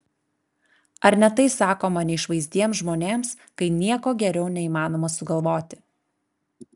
ar ne tai sakoma neišvaizdiems žmonėms kai nieko geriau neįmanoma sugalvoti